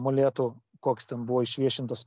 molėtų koks ten buvo išviešintas